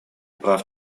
прав